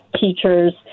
teachers